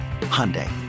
Hyundai